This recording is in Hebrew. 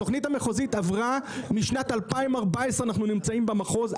התכנית המחוזית עברה משנת 2014 אנחנו נמצאים במחוז,